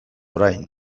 orain